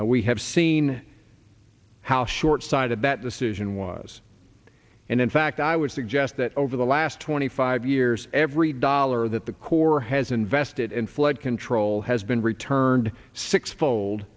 and we have seen how shortsighted that decision was and in fact i would suggest that over the last twenty five years every dollar that the corps has invested in flood control has been returned six fold